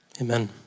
amen